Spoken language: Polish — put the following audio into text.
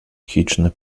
chiczny